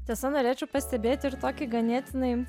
tiesa norėčiau pastebėti ir tokį ganėtinai